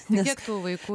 netektų vaikų